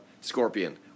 scorpion